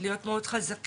להיות מאוד חזקים.